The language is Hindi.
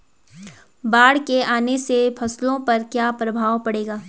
बाढ़ के आने से फसलों पर क्या प्रभाव पड़ेगा?